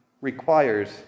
requires